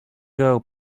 girl